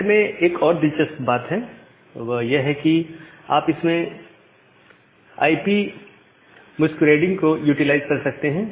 NAT में एक और दिलचस्प बात है और वह यह है कि आप इसमें आई पी मस्कुएरडिंग को यूटिलाइज कर सकते हैं